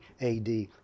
AD